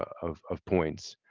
of of points.